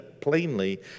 plainly